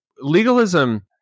legalism